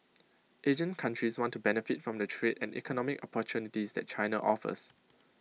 Asian countries want to benefit from the trade and economic opportunities that China offers